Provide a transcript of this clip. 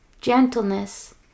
gentleness